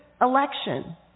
election